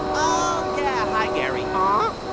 oh, yeah. hi, gary um